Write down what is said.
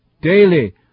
daily